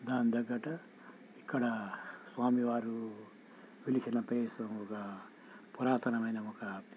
దానికి తగ్గట్టు ఇక్కడ స్వామి వారు వెలసిన ప్లేసుగా పురాతనమైన ఒక